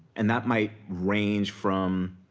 and that might range from